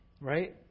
Right